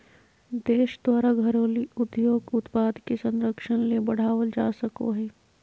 देश द्वारा घरेलू उद्योग उत्पाद के संरक्षण ले बढ़ावल जा सको हइ